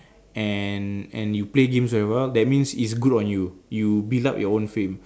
and and you play games very well that means is good on you you build up your own fame